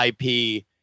IP